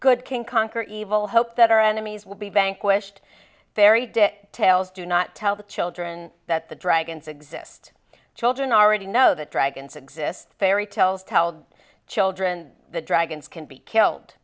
good can conquer evil hope that our enemies will be bank wished very dead tales do not tell the children that the dragons exist children already know that dragons exist fairy tales told children the dragons can be killed